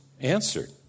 answered